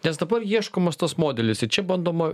nes dabar ieškomas tas modelis ir čia bandoma